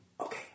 Okay